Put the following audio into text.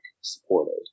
supported